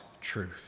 truth